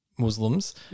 Muslims